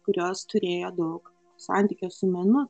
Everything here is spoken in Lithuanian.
kurios turėjo daug santykio su menu